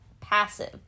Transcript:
passive